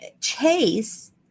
chase